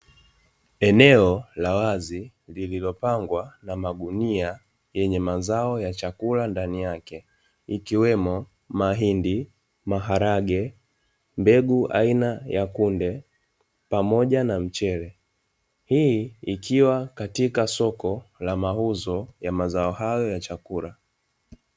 Eneo la wazi lililo pangwa na magunia yenye mazao ya chakula ndani yake ikiwemo mahindi, maharage, mbegu aina ya kunde pamoja na mchele. Hii ikiwa katika soko la mauzo la mazao hayo ya chakula.